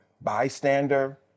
bystander